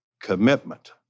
commitment